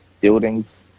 buildings